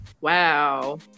wow